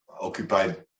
occupied